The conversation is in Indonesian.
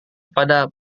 kepada